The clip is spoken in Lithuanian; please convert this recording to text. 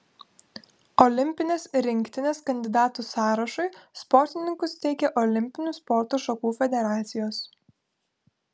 olimpinės rinktinės kandidatų sąrašui sportininkus teikia olimpinių sporto šakų federacijos